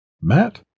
Matt